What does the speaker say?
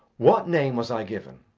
what name was i given?